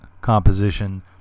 composition